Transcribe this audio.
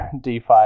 DeFi